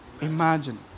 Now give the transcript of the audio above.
imagine